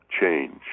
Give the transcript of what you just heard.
change